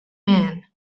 man